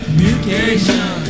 mutation